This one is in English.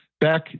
Back